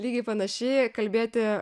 lygiai panašiai kalbėti